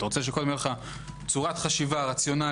אתה רוצה שקודם תהיה לך צורת חשיבה רציונלית